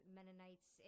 Mennonites